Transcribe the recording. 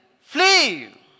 flee